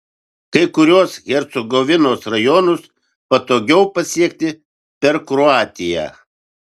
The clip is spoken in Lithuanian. kai kuriuos hercegovinos rajonus patogiau pasiekti per kroatiją